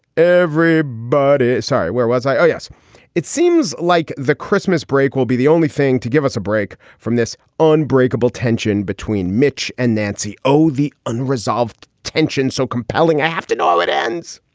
every but sorry. where was i? oh, yes it seems like the christmas break will be the only thing to give us a break from this unbreakable tension between mitch and nancy. oh, the unresolved tension so compelling. after all, it ends.